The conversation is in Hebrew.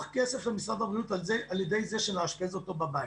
כסף למשרד הבריאות על-ידי זה שנאשפז אותו בבית.